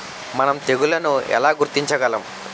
మనం తెగుళ్లను ఎలా గుర్తించగలం?